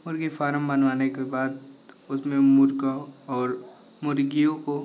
मुर्गी फारम बनवाने के बाद उसमें मुर्गा और मुर्गियों को